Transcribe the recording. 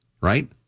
right